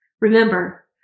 Remember